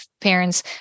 parents